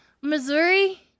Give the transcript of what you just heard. Missouri